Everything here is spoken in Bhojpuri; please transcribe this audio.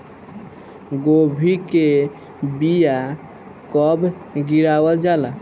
गोभी के बीया कब गिरावल जाला?